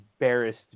embarrassed